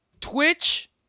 Twitch